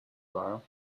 borrow